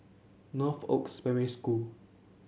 Northoaks Primary School